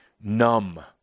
numb